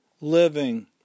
living